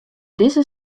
dizze